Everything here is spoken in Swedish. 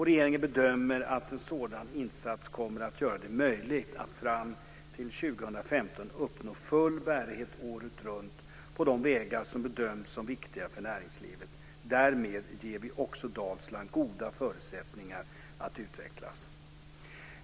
Regeringen bedömer att en sådan insats kommer att göra det möjligt att fram till 2015 uppnå full bärighet året runt på de vägar som bedöms som viktiga för näringslivet. Därmed ger vi också Dalsland goda förutsättningar att utvecklas.